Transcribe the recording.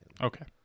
Okay